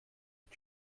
mit